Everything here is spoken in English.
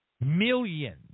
Millions